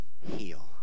heal